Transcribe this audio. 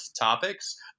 topics